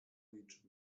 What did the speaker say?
niczym